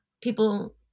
people